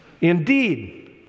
Indeed